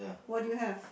what do you have